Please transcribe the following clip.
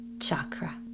chakra